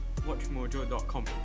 WatchMojo.com